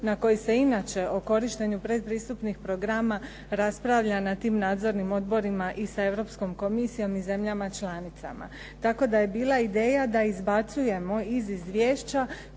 na koji se inače o korištenju pretpristupnih programa raspravlja na tim nadzornim odborima i sa Europskom komisijom i zemljama članicama. Tako da je bila ideja da izbacujemo iz izvješća